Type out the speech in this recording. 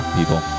people